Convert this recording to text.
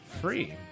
free